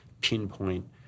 pinpoint